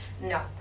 No